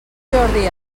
jordi